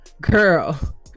girl